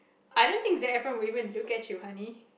I don't think Zac-Efron will even look at you honey